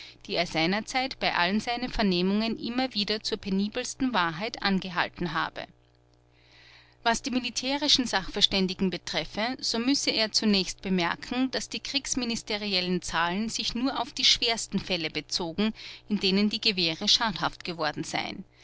die er seinerzeit bei allen seinen vernehmungen immer wieder zur penibelsten wahrheit angehalten habe was die militärischen sachverständigen betreffe so müsse er zunächst bemerken daß die kriegsministeriellen zahlen sich nur auf die schwersten fälle bezogen in denen die gewehre schadhaft geworden seien